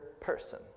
person